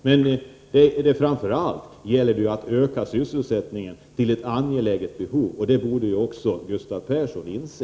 Men nu gäller det att öka sysselsättningen till en angelägen nivå, och det borde också Gustav Persson inse.